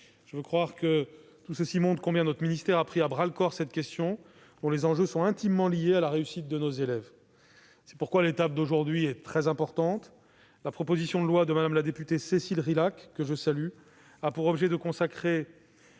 Je veux croire que cet exposé vous aura montré combien notre ministère a pris à bras-le-corps cette question, dont les enjeux sont intimement liés à la réussite de nos élèves. L'étape d'aujourd'hui est très importante. La proposition de loi de Mme la députée Cécile Rilhac, que je salue, a pour objet de consacrer,